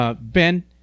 Ben